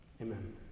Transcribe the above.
Amen